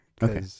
okay